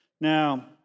Now